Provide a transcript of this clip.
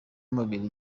y’umubiri